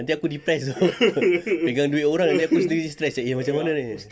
nanti aku depressed dengan duit orang dengan aku sendiri stress seh eh macam mana ni